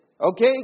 Okay